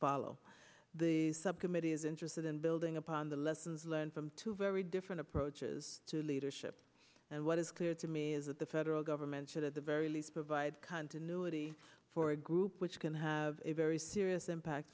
follow the subcommittee is interested in building upon the lessons learned from two very different approaches to leadership and what is clear to me is that the federal government should at the very least provide continuity for a group which can have a very serious impact